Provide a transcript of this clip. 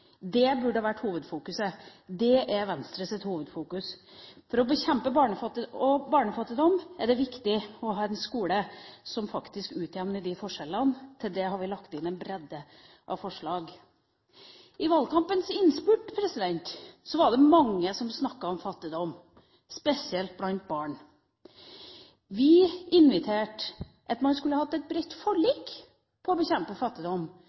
Det burde vært hovedfokuset. Det er Venstres hovedfokus. For å bekjempe barnefattigdom er det viktig å ha en skole som faktisk utjevner forskjellene. Til det har vi lagt inn en rekke forslag. I valgkampens innspurt var det mange som snakket om fattigdom, spesielt blant barn. Vi inviterte til et bredt forlik for å bekjempe fattigdom,